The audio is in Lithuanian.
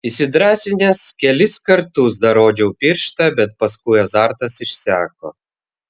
įsidrąsinęs kelis kartus dar rodžiau pirštą bet paskui azartas išseko